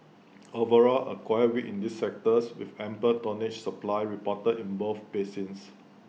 overall A quiet week in this sector with ample tonnage supply reported in both basins